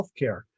healthcare